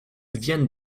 vient